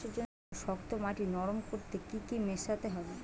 চাষের জন্য শক্ত মাটি নরম করতে কি কি মেশাতে হবে?